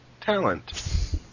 talent